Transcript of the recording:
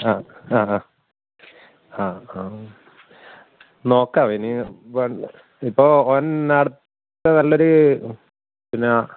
ആ ആ നോക്കാം ഇനി ഇപ്പോ ഓൻ അടുത്ത നല്ലൊരു പിന്നെ